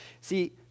See